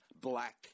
black